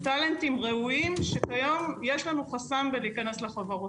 טאלנטים ראויים שכיום יש לנו חסם בלהיכנס לחברות האלה.